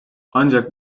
ancak